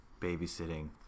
babysitting